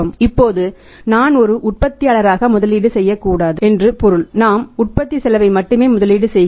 இப்போது நான் ஒரு உற்பத்தியாளராக முதலீடு செய்யக்கூடாது என்று பொருள் நான் உற்பத்தி செலவை மட்டுமே முதலீடு செய்கிறேன்